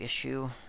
issue